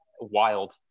wild